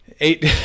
Eight